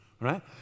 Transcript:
right